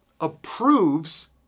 approves